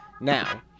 Now